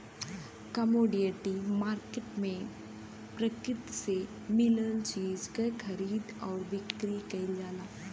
commodity market में प्रकृति से मिलल चीज क खरीद आउर बिक्री कइल जाला